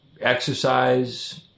exercise